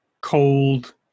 cold